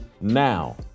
now